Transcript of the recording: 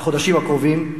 בחודשים הקרובים,